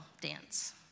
dance